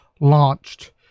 launched